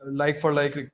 like-for-like